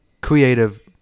creative